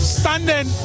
standing